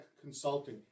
Consulting